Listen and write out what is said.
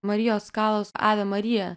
marijos kalas ave marija